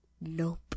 Nope